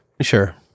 Sure